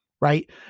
right